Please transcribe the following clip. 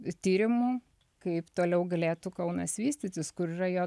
tyrimu kaip toliau galėtų kaunas vystytis kur yra jo